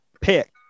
pick